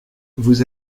vous